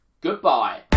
Goodbye